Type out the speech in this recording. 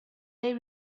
they